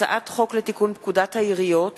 הצעת חוק לתיקון פקודת העיריות (מס'